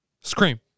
Scream